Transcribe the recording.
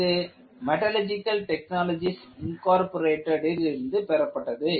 இது metallurgical technologies incorporated லிருந்து பெறப்பட்டது